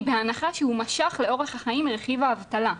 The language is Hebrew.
בהנחה שהוא משך לאורך החיים מרכיב האבטלה,